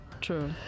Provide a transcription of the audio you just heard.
True